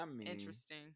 interesting